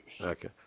Okay